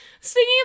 Singing